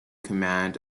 command